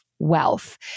wealth